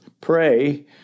pray